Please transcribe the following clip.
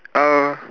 uh